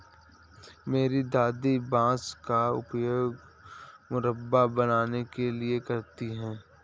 मेरी दादी बांस का उपयोग मुरब्बा बनाने के लिए करती हैं